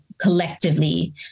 collectively